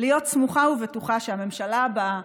להיות סמוכה ובטוחה שהממשלה הבאה,